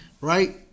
right